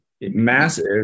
massive